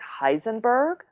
Heisenberg